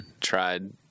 tried